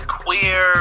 queer